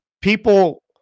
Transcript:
people